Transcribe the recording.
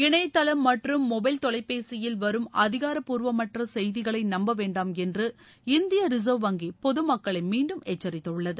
இணையதளம் மற்றும் மொபைல் தொலைபேசியில் வரும் அதிகாரப்பூர்வமற்ற செய்திகளை நம்ப வேண்டாமென்று இந்திய ரிசா்வ் வங்கி பொதுமக்களை மீண்டும் எச்சரித்துள்ளது